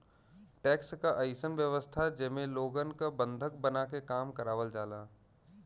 tax क अइसन व्यवस्था जेमे लोगन क बंधक बनाके काम करावल जाला